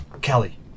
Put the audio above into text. Kelly